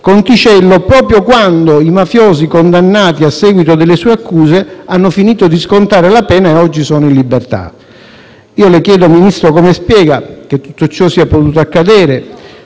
Conticello, proprio quando i mafiosi condannati a seguito delle sue accuse hanno finito di scontare la pena e oggi sono in libertà. Le chiedo, Ministro, come spiega che tutto ciò sia potuto accadere;